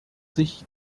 sich